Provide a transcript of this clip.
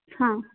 ಹಾಂ